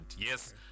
Yes